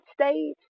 stage